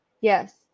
Yes